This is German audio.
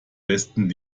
besten